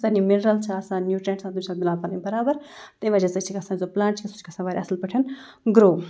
یُس زَن یِم مِنرَل چھِ آسان نیوٗٹِرٛیَںٛٹ چھِ آسان تِم چھِ آسان مِلاو پَنٕنۍ برابر تٔمۍ وجہ سۭتۍ چھِ گژھان یُس زَن پٕلانٛٹ چھِ کھَسان سُہ چھِ کھَسان واریاہ اَصٕل پٲٹھۍ گرٛو